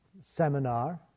seminar